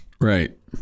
Right